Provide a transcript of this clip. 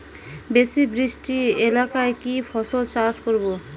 বেশি বৃষ্টি এলাকায় কি ফসল চাষ করব?